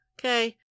Okay